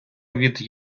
від